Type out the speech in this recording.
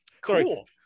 cool